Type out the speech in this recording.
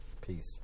Peace